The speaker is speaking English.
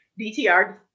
DTR